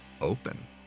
open